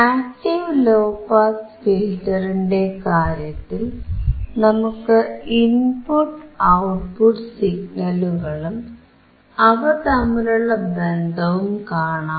active low pass ഫിൽറ്ററിന്റെ കാര്യത്തിൽ നമുക്ക് ഇൻപുട്ട് ഔട്ട്പുട്ട് സിഗ്നലുകളും അവ തമ്മിലുള്ള ബന്ധവും കാണാം